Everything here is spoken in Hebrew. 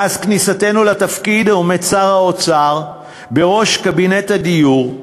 מאז כניסתנו לתפקיד עומד שר האוצר בראש קבינט הדיור,